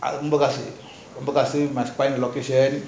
ரொம்ப கஷ்டம் ரொம்ப கஷ்டம்:romba kastam romba kastam must find must find the location